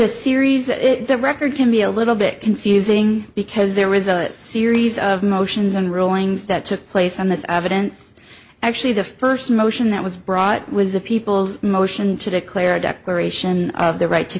a series of that record to me a little bit confusing because there was a series of motions and rulings that took place on this evidence actually the first motion that was brought was a people's motion to declare a declaration of their right to